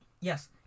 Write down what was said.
Yes